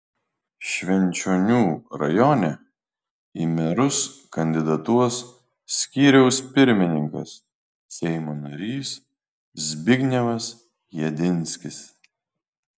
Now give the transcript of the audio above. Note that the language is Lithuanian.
švenčionių rajone į merus kandidatuos skyriaus pirmininkas seimo narys zbignevas jedinskis